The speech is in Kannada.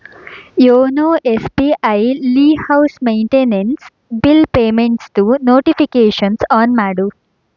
ಯೋನೋ ಎಸ್ ಬಿ ಐಯಲ್ಲಿ ಹೌಸ್ ಮೈಂಟೇನೆನ್ಸ್ ಬಿಲ್ ಪೇಮೆಂಟ್ಸ್ದು ನೋಟಿಫಿಕೇಷನ್ಸ್ ಆನ್ ಮಾಡು